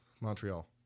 Montreal